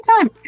time